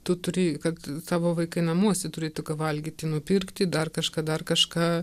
tu turi kad tavo vaikai namuose turėtų ką valgyti nupirkti dar kažką dar kažką